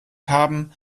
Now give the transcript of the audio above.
haben